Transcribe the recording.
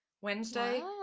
Wednesday